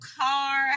car